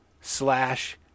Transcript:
slash